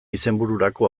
izenbururako